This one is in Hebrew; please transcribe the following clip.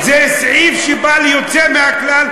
זה סעיף שבא ליוצא מהכלל,